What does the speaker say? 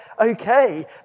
okay